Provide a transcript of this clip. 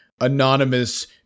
anonymous